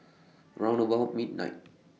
round about midnight